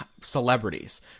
celebrities